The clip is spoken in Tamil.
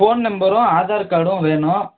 ஃபோன் நம்பரும் ஆதார் கார்டும் வேணும்